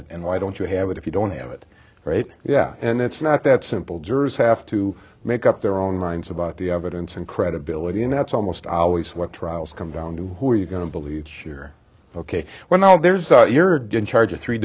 and why don't you have it if you don't have it right yeah and it's not that simple jurors have to make up their own minds about the evidence and credibility and that's almost always what trials come down to who are you going to believe here ok well now there's your didn't charge three